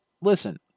listen